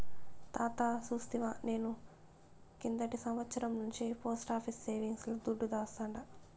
తాతా సూస్తివా, నేను కిందటి సంవత్సరం నుంచే పోస్టాఫీసు సేవింగ్స్ ల దుడ్డు దాస్తాండా